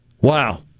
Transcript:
Wow